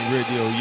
Radio